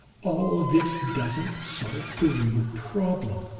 all this doesn't solve the real problem.